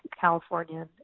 California